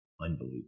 unbelievable